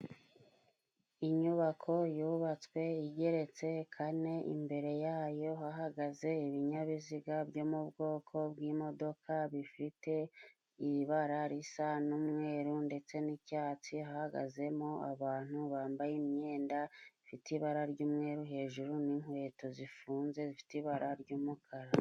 Inyubako yubatswe igereretse kane, imbere yayo hahagaze ibinyabiziga byo mu bwoko bw'imodoka bifite ibara risa n'umweru ndetse n'icyatsi, hahagazemo abantu bambaye imyenda ifite ibara ry'umweru hejuru ni inkweto zifunze zifite ibara ry'umukara.